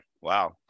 Wow